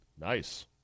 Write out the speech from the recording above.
Nice